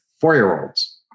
four-year-olds